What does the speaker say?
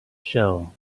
shell